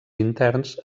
interns